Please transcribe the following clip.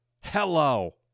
hello